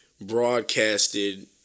broadcasted